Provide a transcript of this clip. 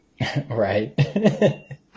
Right